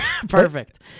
Perfect